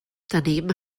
daneben